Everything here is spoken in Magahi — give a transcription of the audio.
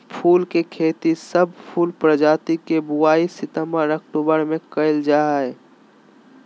फूल के खेती, सब फूल प्रजाति के बुवाई सितंबर अक्टूबर मे करल जा हई